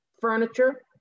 furniture